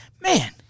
man